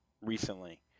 recently